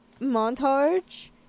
montage